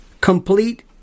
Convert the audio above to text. complete